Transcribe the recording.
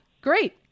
Great